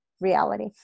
reality